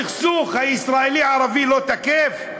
הסכסוך הישראלי ערבי לא תקף?